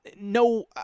no